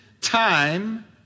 time